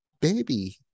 baby